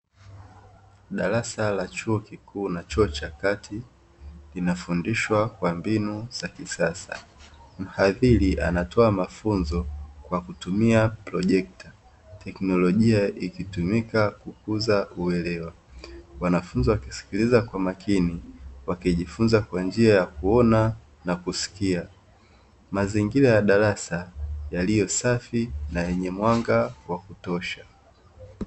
Darasa la chuo kikuu na chuo cha kati inafundishwa kwa mbinu za kisasa, mhariri anatoa mafunzo kwa kutumia projekta, teknolojia ikitumika kukuza uelewa. Wanafunzi wakisikiliza kwa umakini wakijifunza kwa njia ya kuona na kusikia. Mazingira ya darasa yaliyosafi na yenye mwanga wa kutosha.